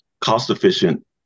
cost-efficient